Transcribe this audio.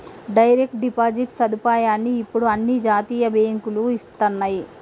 direct deposit సదుపాయాన్ని ఇప్పుడు అన్ని జాతీయ బ్యేంకులూ ఇస్తన్నయ్యి